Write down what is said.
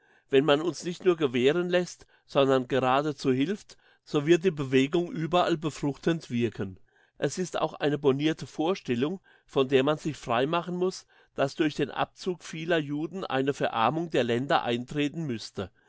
wenn man uns nicht nur gewähren lässt sondern geradezu hilft so wird die bewegung überall befruchtend wirken es ist auch eine bornirte vorstellung von der man sich frei machen muss dass durch den abzug vieler juden eine verarmung der länder eintreten müsste